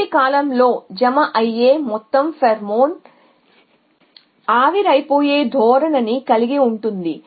మునుపటి కాలంలో జమ అయ్యే మొత్తం ఫేర్మోన్ ఆవిరైపోయే ధోరణిని కలిగి ఉంటుంది